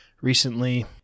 recently